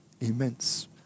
immense